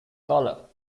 color